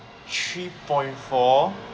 three point four